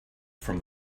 from